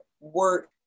work